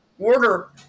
Order